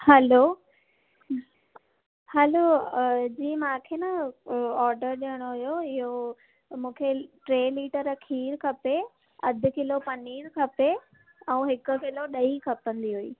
हलो hello जी मूंखे न ऑडर ॾियणो हुयो इहो मूंखे टे लीटर खीरु खपे अधु किलो पनीर खपे ऐं हिकु किलो ॾही खपंदी हुई